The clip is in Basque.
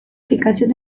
finkatzen